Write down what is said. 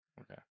Okay